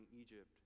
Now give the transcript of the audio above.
Egypt